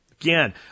Again